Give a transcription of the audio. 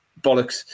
Bollocks